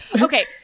okay